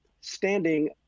standing